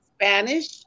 Spanish